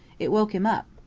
it woke him up.